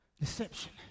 Deception